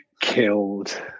killed